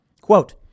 Quote